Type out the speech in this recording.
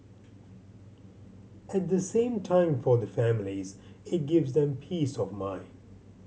at the same time for the families it gives them peace of mind